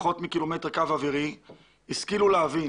פחות מקילומטר קו אווירי השכילו להבין